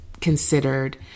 considered